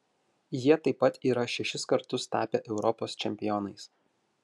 jie taip pat yra šešis kartus tapę europos čempionais